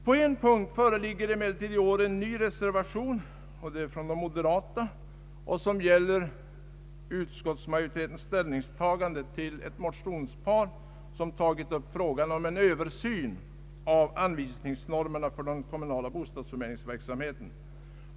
På en punkt föreligger i år en ny reservation som avgivits av representanter för moderata samlingspartiet. Den gäller utskottsmajoritetens ställningstagande till ett motionspar i vilket frågan om en Översyn av anvisningsnormerna för den kommunala bostadsförmedlingsverksamheten tagits upp.